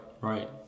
right